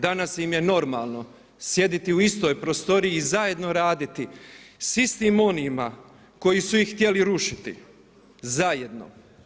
Danas im je normalno sjediti u istoj prostoriji, zajedno raditi s istim onima koji su ih htjeli rušiti, zajedno.